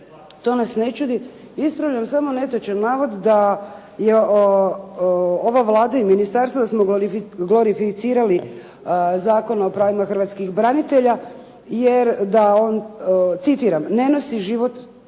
to nas ne čudi. Ispravljam samo netočan navod da je ova Vlada i ministarstvo da smo glorificirali Zakon o pravima hrvatskih branitelja jer, citiram "da on